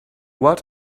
what